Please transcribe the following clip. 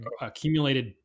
accumulated